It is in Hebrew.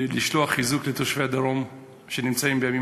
לשלוח חיזוק לתושבי הדרום שנמצאים בימים